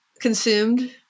consumed